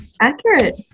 Accurate